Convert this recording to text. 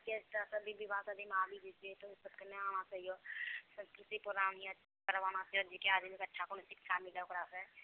orchestra सब भी विवाह शादीमे आबि जतिऐ तऽ ओ सबके नहि आना चाहिए सांस्कृतिक प्रोग्राम ही करवाना चाहिए जे की आदमीके अच्छा कोनो शिक्षा मिलए ओकरासँ